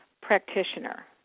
practitioner